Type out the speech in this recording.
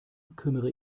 kümmere